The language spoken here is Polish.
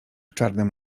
czarnym